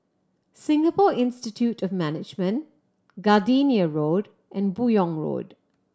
Singapore Institute of Management Gardenia Road and Buyong Road